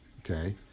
okay